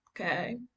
okay